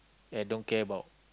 and don't care about